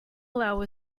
allow